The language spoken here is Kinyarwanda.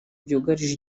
byugarije